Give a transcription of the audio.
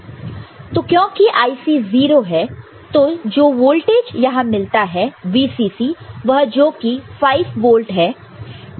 Vout VCC ICRC तो क्योंकि IC 0 है तो जो वोल्टेज यहां मिलता है VCC वह जो कि 5 वोल्ट है